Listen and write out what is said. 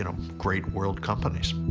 you know, great world companies.